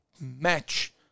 match